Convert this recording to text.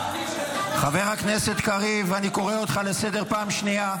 חבר הכנסת קריב, אני קורא אותך לסדר פעם שנייה.